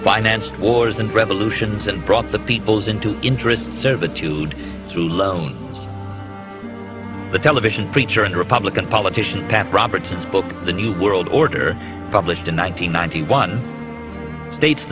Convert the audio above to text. financed wars and revolutions and brought the peoples into interest servitude through loans the television preacher and republican politician pat robertson's book the new world order published in one thousand nine hundred one states